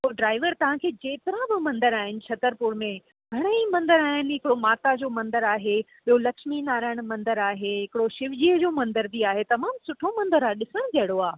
पोइ ड्राइवर तव्हांखे जेतिरा बि मंदरु आहिनि छतरपुर में घणेई मंदर आहिनि जेको माता जो मंदरु आहे ॿियों लक्ष्मी नारायणा मंदरु आहे हिकिड़ो शिवजीअ जो मंदरु बि आहे तमामु सुठो मंदरु आहे ॾिसणु जहिड़ो आहे